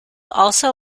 also